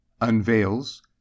Unveils